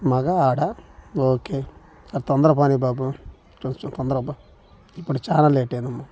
మగా ఆడ ఓకే తొందర పోనీ బాబు కొంచెం తొందర పా ఇప్పుడే చాలా లేట్ అయింది